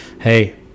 Hey